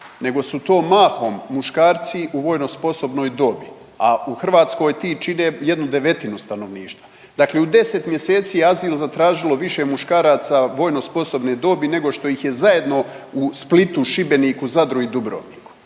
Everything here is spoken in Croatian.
nego su to mahom muškarci u vojno sposobnoj dobi, a u Hrvatskoj ti čine jednu devetinu stanovništva. Dakle u 10 mjeseci je azil zatražilo više muškaraca vojno sposobne dobi nego što je ih je zajedno u Splitu, Šibeniku, Zadru i Dubrovniku.